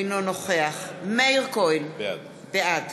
אינו נוכח מאיר כהן, בעד